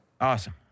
Awesome